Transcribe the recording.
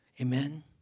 Amen